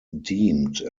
deemed